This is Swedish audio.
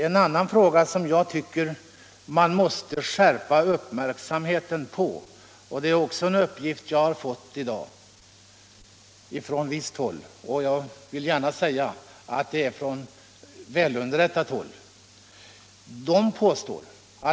En annan fråga som jag tycker man måste skärpa uppmärksamheten på — det är också en uppgift jag fått i dag från, det vill jag gärna säga, från välunderrättat håll — är heroinfrågan.